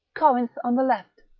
corinth on the left,